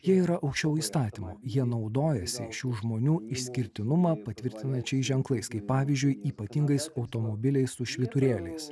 jie yra aukščiau įstatymo jie naudojasi šių žmonių išskirtinumą patvirtinančiais ženklais kaip pavyzdžiui ypatingais automobiliais su švyturėliais